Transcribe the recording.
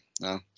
no